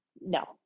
No